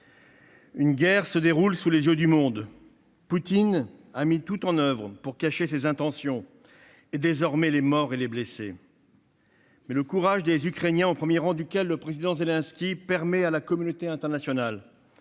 Une guerre se déroule sous les yeux du monde. Poutine a mis tout en oeuvre pour cacher ses intentions, et désormais les morts et les blessés. Mais le courage des Ukrainiens, notamment celui du président Zelensky, permet à la communauté internationale